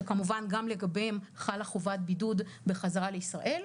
שכמובן גם לגביהם חלה חובת בידוד בחזרה לישראל,